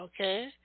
Okay